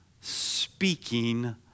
speaking